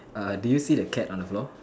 uh do you see the cat on the floor